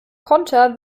konter